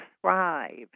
thrive